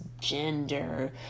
gender